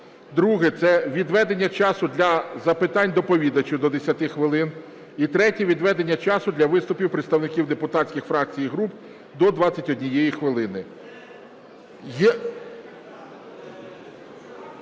Друге. Це відведення часу для запитань доповідачу – до 10 хвилин. І третє. Відведення часу для виступів представників депутатських фракцій і груп – до 21 хвилини.